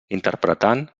interpretant